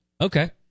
Okay